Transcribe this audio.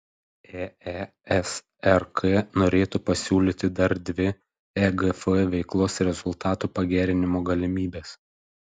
eesrk norėtų pasiūlyti dar dvi egf veiklos rezultatų pagerinimo galimybes